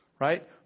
right